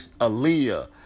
Aaliyah